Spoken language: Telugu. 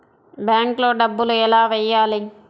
బ్యాంక్లో డబ్బులు ఎలా వెయ్యాలి?